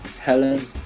Helen